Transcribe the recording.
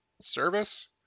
service